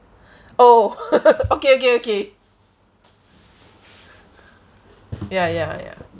oh okay okay okay ya ya ya